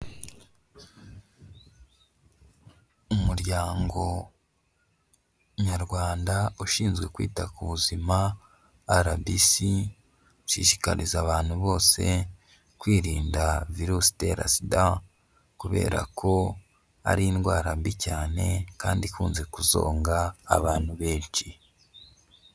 Umuryango nyarwanda ushinzwe kwita ku buzima RBC, ushishikariza abantu bose kwirinda virusi itera SIDA kubera ko ari indwara mbi cyane kandi ikunze kuzonga abantu benshi.